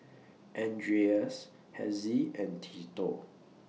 Andreas Hezzie and Tito